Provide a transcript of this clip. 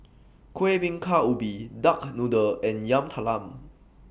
Kueh Bingka Ubi Duck Noodle and Yam Talam